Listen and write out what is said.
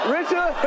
Richard